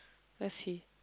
where is he